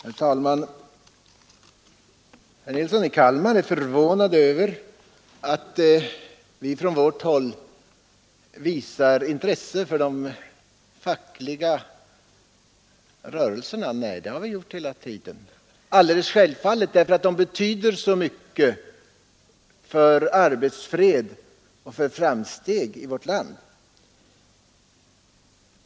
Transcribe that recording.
Herr talman! Herr Nilsson i Kalmar är förvånad över att vi från vårt håll visar intresse för de fackliga rörelserna. Det har vi emellertid alltid gjort, och det är alldeles självfallet, eftersom de betyder så mycket för arbetsfred och för framsteg i vårt land.